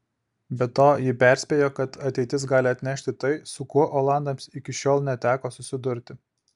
be to ji perspėjo kad ateitis gali atnešti tai su kuo olandams iki šiol neteko susidurti